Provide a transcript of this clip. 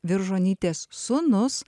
viržonytės sūnus